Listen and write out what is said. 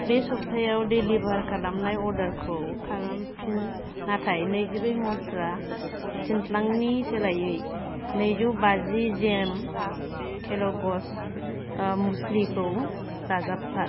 बे सप्तायाव डेलिभार खालामनाय अर्डारखौ खालामफिन नाथाय नैजिब्रै मन्त्रा थिनथ्लांनि सोलायै नैजौबाजि जि एम केल'ग्स म्युस्लिखौ दाजाबफा